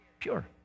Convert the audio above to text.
Pure